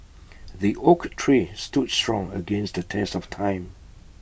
the oak tree stood strong against the test of time